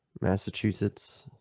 Massachusetts